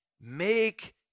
Make